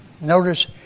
notice